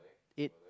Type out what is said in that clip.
it